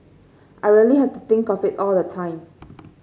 I really have to think of it all the time